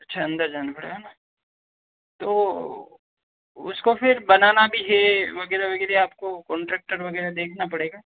अच्छा अंदर जाना पड़ेगा है ना तो उसको फ़िर बनाना भी है वगैरह वगैरह आपको कॉनट्रेक्टर वगैरह देखना पड़ेगा